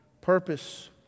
purpose